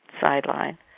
sideline